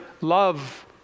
love